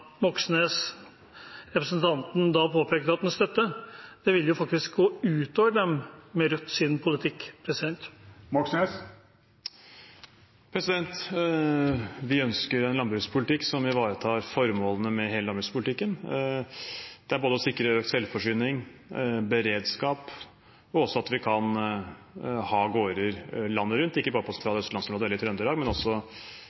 representanten Moxnes påpekte at han støttet – vil det med Rødts politikk faktisk gå ut over disse. Vi ønsker en landbrukspolitikk som ivaretar formålene med hele landbrukspolitikken. Det er å sikre økt selvforsyning, beredskap og også at vi kan ha gårder landet rundt, ikke bare på